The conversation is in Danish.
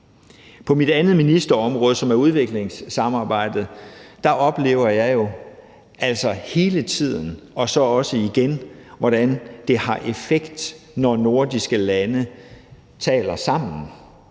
På mit andet ministerområde, som er udviklingssamarbejdet, oplever jeg jo, altså hele tiden, og så også igen, hvordan det har effekt, når nordiske lande taler sammen